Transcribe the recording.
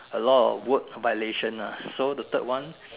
a lot of word violation ah so the third one